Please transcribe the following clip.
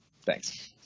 Thanks